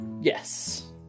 Yes